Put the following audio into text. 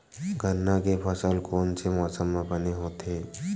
गन्ना के फसल कोन से मौसम म बने होथे?